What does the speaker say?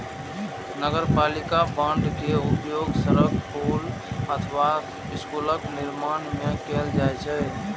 नगरपालिका बांड के उपयोग सड़क, पुल अथवा स्कूलक निर्माण मे कैल जाइ छै